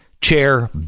chair